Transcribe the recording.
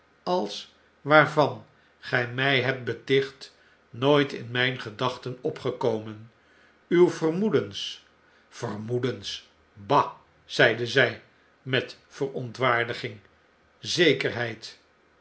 als waarvan gij mij hebt beticht nooit in mijn gedachten opgekomen uw vermoedens vermoedens bah zeide zij met verontwaardiging zekerheid